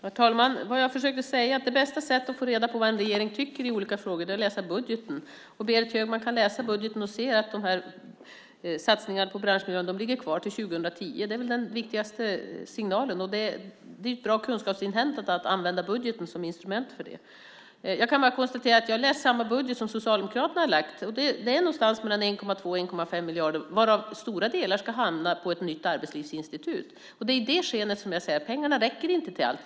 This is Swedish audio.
Herr talman! Vad jag försökte säga är att det bästa sättet att få reda på vad en regering tycker i olika frågor är att läsa budgeten. Berit Högman kan läsa budgeten och se att satsningarna på branschprogrammen ligger kvar till 2010. Det är den viktigaste signalen. Det är bra kunskapsinhämtning, och man kan använda budgeten som instrument för det. Jag kan konstatera att jag läst den budget som Socialdemokraterna här har lagt fram. Det är någonstans mellan 1,2 och 1,5 miljarder, varav stora delar ska hamna på ett nytt arbetslivsinstitut. Det är i det skenet jag ser att pengarna inte räcker till allt.